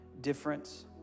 Difference